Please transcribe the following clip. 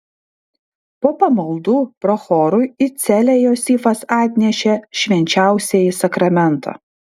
po pamaldų prochorui į celę josifas atnešė švenčiausiąjį sakramentą